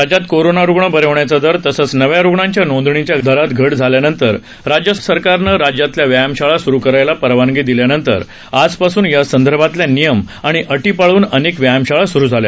राज्यात कोरोना रूग्ण बरे होण्याचा दर तसंच नव्या रूग्णांच्या नोंदणीच्या दरात घट झाल्यानंतर राज्य सरकारनं राज्यातल्या व्यायामशाळा सुरू करायला परवानगी दिल्यानंतर आजपासून या संदर्भातल्या नियम आणि अटी पाळून अनेक व्यायामशाळा सुरू झाल्या